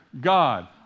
God